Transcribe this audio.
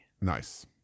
Nice